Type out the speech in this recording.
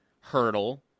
hurdle